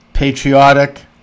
Patriotic